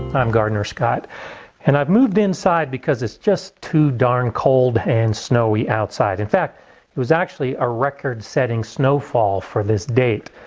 i'm gardener scott and i've moved inside because it's just too darn cold and snowy outside in fact it was actually a record-setting snowfall for this date.